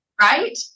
right